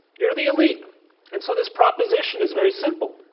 you're the elite and so this proposition is very simple.